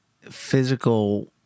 physical